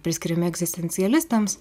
priskiriami egzistencialistams